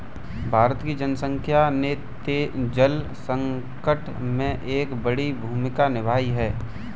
भारत की जनसंख्या ने जल संकट में एक बड़ी भूमिका निभाई है